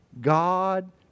God